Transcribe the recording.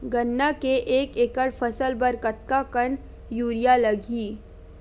गन्ना के एक एकड़ फसल बर कतका कन यूरिया लगही?